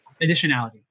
additionality